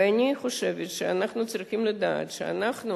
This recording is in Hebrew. ואני חושבת שאנחנו צריכים לדעת שאנחנו